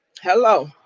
Hello